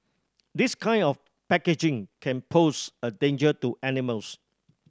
this kind of packaging can pose a danger to animals